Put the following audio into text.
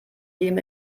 leben